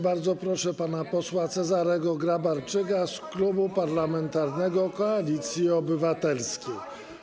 Bardzo proszę pana posła Cezarego Grabarczyka z Klubu Parlamentarnego Koalicja Obywatelska.